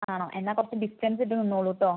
ആണോ എന്നാൽ കുറച്ച് ഡിസ്റ്റൻസ് ഇട്ട് നിന്നോളൂ കെട്ടോ